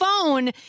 phone